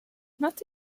not